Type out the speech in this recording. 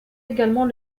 également